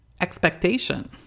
expectation